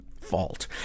fault